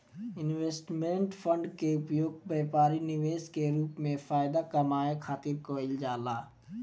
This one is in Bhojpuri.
इन्वेस्टमेंट फंड के उपयोग व्यापारी निवेश के रूप में फायदा कामये खातिर कईल जाला